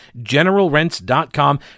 GeneralRents.com